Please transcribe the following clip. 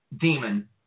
demon